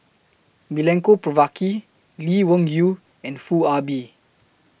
Milenko Prvacki Lee Wung Yew and Foo Ah Bee